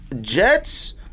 Jets